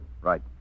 Right